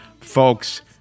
Folks